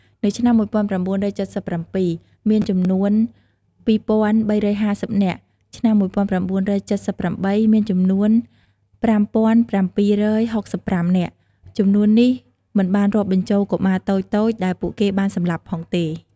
នៅឆ្នាំ១៩៧៧ មានចំនួន២៣៥០នាក់ ឆ្នាំ១៩៧៨ មានចំនួន៥៧៦៥នាក់ ចំនួននេះមិនបានរាប់បញ្ចូលកុមារតូចៗដែលពួកវាបានសម្លាប់ផងទេ។